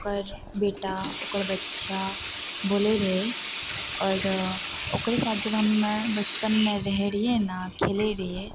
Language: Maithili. ओकर बेटा ओकर बच्चा बोलै रहै आओर ओकरे साथ जब मे बचपनमे रहै रहिए ने खेलै रहिए